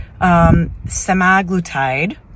semaglutide